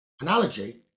analogy